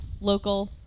local